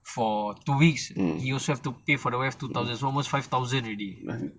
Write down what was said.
for two weeks he also have to pay for the wife two thousand so almost five thousand already